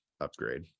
upgrade